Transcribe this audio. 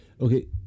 Okay